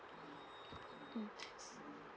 mm